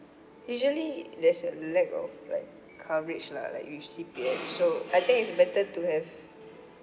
usually there's a lack of like coverage lah like with C_P_F so I think it's better to have